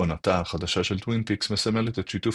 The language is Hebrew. עונתה החדשה של טווין פיקס מסמלת את שיתוף